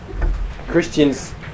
Christians